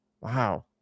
Wow